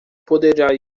poderá